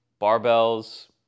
barbells